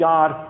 God